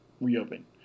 reopen